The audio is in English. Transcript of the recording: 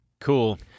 Cool